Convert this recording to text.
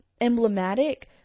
emblematic